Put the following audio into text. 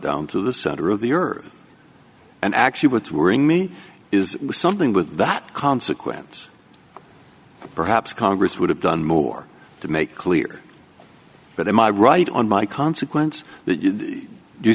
down to the center of the earth and actually what's worrying me is something with that consequence perhaps congress would have done more to make clear but am i right on my consequence that you